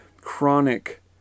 chronic